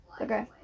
Okay